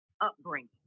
upbringing